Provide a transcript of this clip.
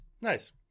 Nice